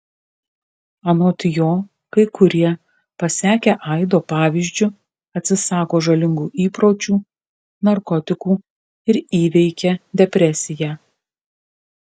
anot jo kai kurie pasekę aido pavyzdžiu atsisako žalingų įpročių narkotikų ir įveikia depresiją